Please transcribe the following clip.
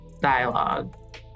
dialogue